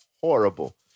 Horrible